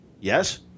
Yes